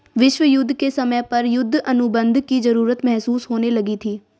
विश्व युद्ध के समय पर युद्ध अनुबंध की जरूरत महसूस होने लगी थी